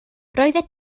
roeddet